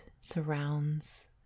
surrounds